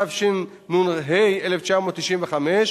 התשנ"ה 1995,